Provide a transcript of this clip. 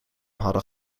hadden